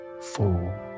Four